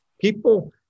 people